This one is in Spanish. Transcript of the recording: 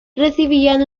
recibían